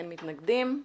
אין מתנגדים.